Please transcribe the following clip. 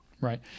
Right